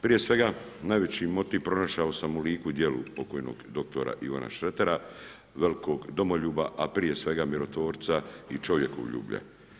Prije svega najveći motiv pronašao sam u liku i djelu pokojnog dr. Ivana Šretera, velikog domoljuba, a prije svega mirotvorca i čovjekoljublja.